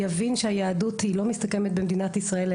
יבין שהיהדות היא לא מסתכמת במדינת ישראל,